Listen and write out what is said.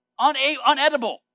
unedible